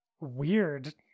weird